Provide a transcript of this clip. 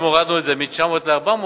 אם הורדנו את זה מ-900 ל-400,